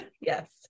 Yes